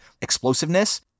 explosiveness